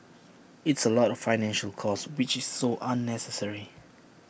it's A lot financial cost which is so unnecessary